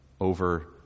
over